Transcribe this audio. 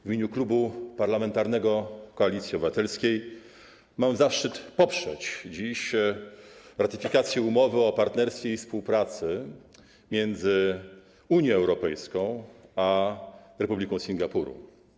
W imieniu Klubu Parlamentarnego Koalicja Obywatelska mam zaszczyt poprzeć dziś ratyfikację umowy o partnerstwie i współpracy między Unią Europejską a Republiką Singapuru.